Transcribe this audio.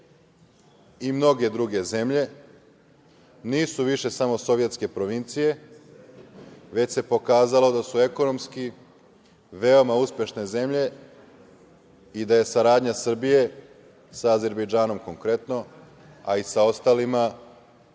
i mnoge druge zemlje nisu više samo sovjetske provincije, već se pokazalo da su ekonomski veoma uspešne zemlje i da je saradnja Srbije sa Azerbejdžanom, konkretno, a i sa ostalima,